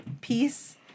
peace